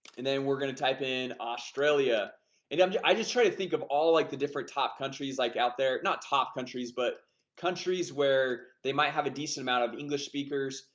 and then we're gonna type in australia and i'm yeah i just try to think of all like the different top countries like out there not top countries but countries where they might have a decent amount of english speakers,